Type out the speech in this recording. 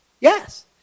Yes